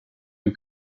you